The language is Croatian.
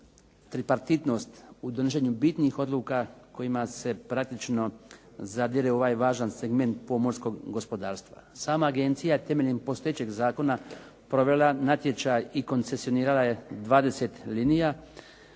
tripartitnost u donošenju bitnih odluka kojima se praktično zadire u ovaj važan segment pomorskog gospodarstva. Sama agencija je temeljem postojećeg zakona provela natječaj i koncesionirala je 20 linija,